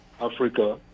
Africa